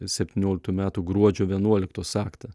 septynioliktų metų gruodžio vienuoliktos aktą